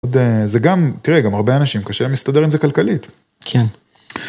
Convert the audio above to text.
זה גם, תראה, גם הרבה אנשים קשה להם להסתדר עם זה כלכלית. כן.